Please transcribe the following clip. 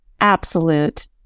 absolute